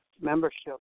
membership